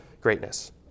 greatness